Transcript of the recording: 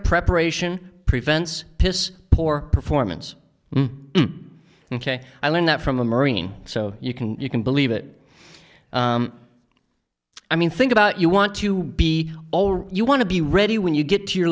preparation prevents piss poor performance ok i learned that from a marine so you can you can believe it i mean think about you want to be you want to be ready when you get to your